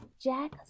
Jack